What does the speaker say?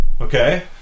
Okay